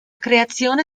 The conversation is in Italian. creazione